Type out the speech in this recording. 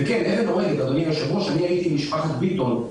וכן אני הייתי עם משפחת ביטון,